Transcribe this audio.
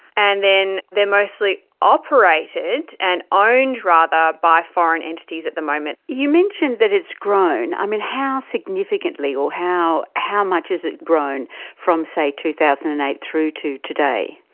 and then they are mostly operated and owned, rather, by foreign entities at the moment. you mention that it has grown. i mean, how significantly or how how much has it grown from, say, two thousand and eight through to today?